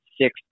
six